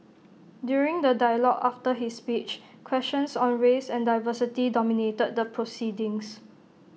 during the dialogue after his speech questions on race and diversity dominated the proceedings